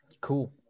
cool